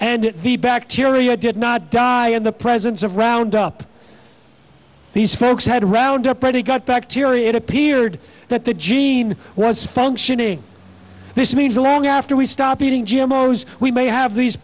and the bacteria did not die in the presence of roundup these folks had roundup ready got bacteria it appeared that the gene was functioning this means a long after we stop eating g m o we may have these